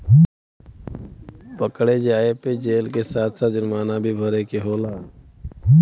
पकड़े जाये पे जेल के साथ साथ जुरमाना भी भरे के होला